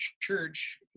church